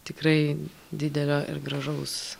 tikrai didelio ir gražaus